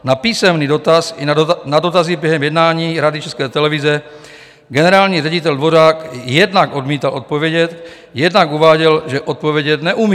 Na písemný dotaz i na dotazy během jednání Rady České televize generální ředitel Dvořák jednak odmítl odpovědět, jednak uváděl, že odpovědět neumí.